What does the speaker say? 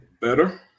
better